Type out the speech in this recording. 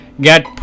get